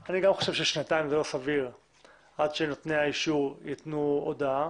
אני חושב ששנתיים זה לא סביר עד שנותני האישור ייתנו הודעה.